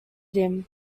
him